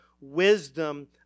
wisdom